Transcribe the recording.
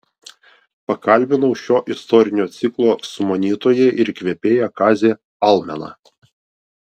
pakalbinau šio istorinio ciklo sumanytoją ir įkvėpėją kazį almeną